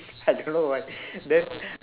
I don't know why then